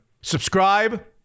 Subscribe